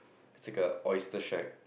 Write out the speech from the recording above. it's like a oyster-shack